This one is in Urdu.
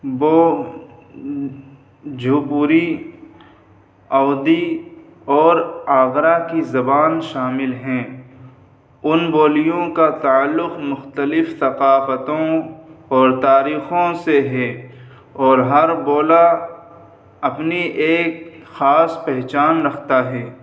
بھوجپوری اودھی اور آگرہ کی زبان شامل ہیں ان بولیوں کا تعلق مختلف ثقافتوں اور تاریخوں سے ہے اور ہر بولی اپنی ایک خاص پہچان رکھتا ہے